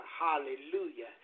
Hallelujah